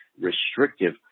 restrictive